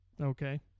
Okay